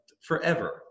forever